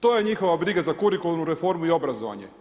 To je njihova briga za kurikularnu reformu i obrazovanje.